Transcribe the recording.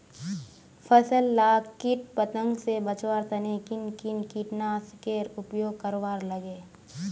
फसल लाक किट पतंग से बचवार तने किन किन कीटनाशकेर उपयोग करवार लगे?